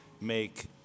make